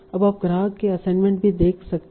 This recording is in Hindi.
अब आप ग्राहक के असाइनमेंट भी देख रहे हैं